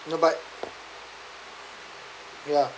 ya but ya